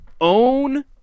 Own